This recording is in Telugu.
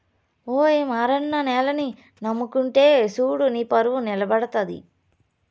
ఓయి మారన్న నేలని నమ్ముకుంటే సూడు నీపరువు నిలబడతది